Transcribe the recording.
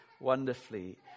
wonderfully